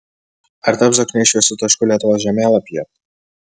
ar taps zokniai šviesiu tašku lietuvos žemėlapyje